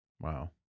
Wow